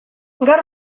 gaur